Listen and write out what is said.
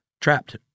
trapped